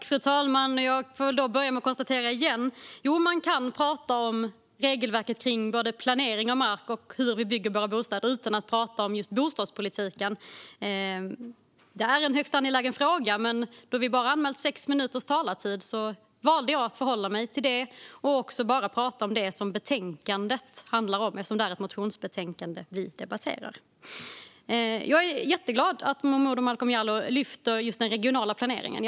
Fru talman! Då får jag väl börja med att återigen konstatera att jo, man kan prata om regelverket kring både planering av mark och hur vi bygger våra bostäder utan att prata om bostadspolitiken. Detta är en högst angelägen fråga, men då vi alla anmält bara sex minuters talartid valde jag att förhålla mig till det och bara tala om det som betänkandet handlar om eftersom det är ett motionsbetänkande vi debatterar. Jag är jätteglad att Momodou Malcolm Jallow lyfter fram just den regionala planeringen.